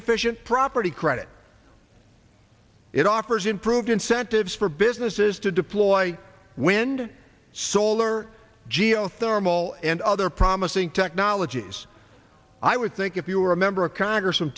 efficient property credit it offers improved incentives for businesses to deploy wind solar geothermal and other promising technologies i would think if you were a member of congress from